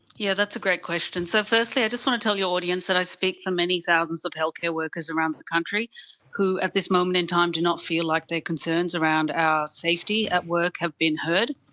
yeah that's a great question. so firstly, i just want to tell your audience that i speak for many thousands of healthcare workers around the country who at this moment in time do not feel like their concerns around our safety at work have been heard.